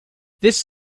this